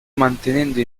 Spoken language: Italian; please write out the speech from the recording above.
mantenendo